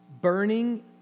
burning